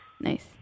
Nice